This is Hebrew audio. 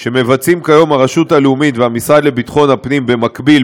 שעושים כיום הרשות הלאומית והמשרד לביטחון הפנים במקביל,